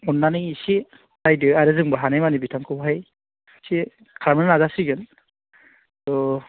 अननानै एसे नायदो आरो जोंबो हानाय मानि बिथांखौहाय एसे खालामनो नाजासिगोन थ'